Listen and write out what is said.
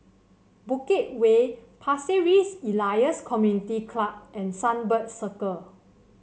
Bukit Way Pasir Ris Elias Community Club and Sunbird Circle